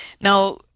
Now